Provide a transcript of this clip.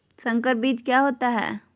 संकर बीज क्या होता है?